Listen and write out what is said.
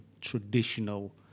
traditional